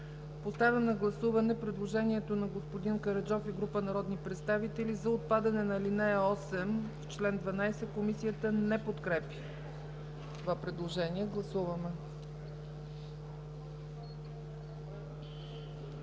Поставям на гласуване предложението на господин Караджов и група народни представители за отпадане на ал. 8 в чл. 12, Комисията не подкрепя това предложение. Гласували